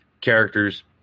characters